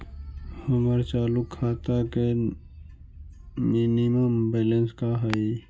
हमर चालू खाता के मिनिमम बैलेंस का हई?